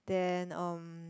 then um